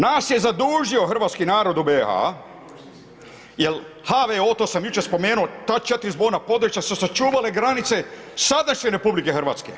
Nas je zadužio hrvatski narod u BiH-u jer HVO, to sam jučer spomenuo, ta 4 zborna područja su se sačuvale granice sadašnje RH.